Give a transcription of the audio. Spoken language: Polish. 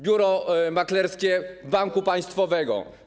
Biuro maklerskie banku państwowego.